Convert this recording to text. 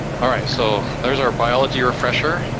all right, so, there's our biology refresher.